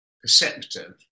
perceptive